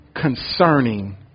concerning